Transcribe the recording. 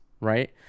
right